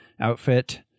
outfit